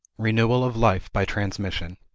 renewal of life by transmission.